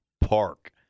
park